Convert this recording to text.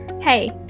Hey